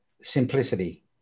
simplicity